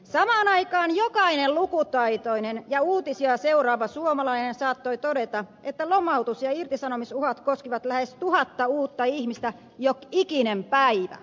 samaan aikaan jokainen lukutaitoinen ja uutisia seuraava suomalainen saattoi todeta että lomautus ja irtisanomisuhat koskivat lähes tuhatta uutta ihmistä jokikinen päivä